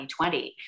2020